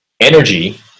Energy